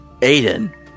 Aiden